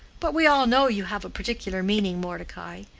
but we all know you have a particular meaning, mordecai.